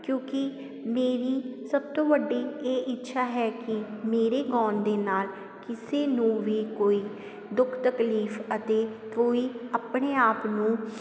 ਕਿਉਂਕਿ ਮੇਰੀ ਸਭ ਤੋਂ ਵੱਡੀ ਇਹ ਇੱਛਾ ਹੈ ਕਿ ਮੇਰੇ ਗਾਉਣ ਦੇ ਨਾਲ ਕਿਸੇ ਨੂੰ ਵੀ ਕੋਈ ਦੁੱਖ ਤਕਲੀਫ ਅਤੇ ਕੋਈ ਆਪਣੇ ਆਪ ਨੂੰ